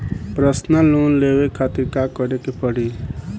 Personal loan लेवे खातिर का करे के पड़ी?